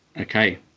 Okay